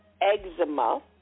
eczema